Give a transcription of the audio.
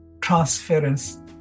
transference